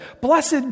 Blessed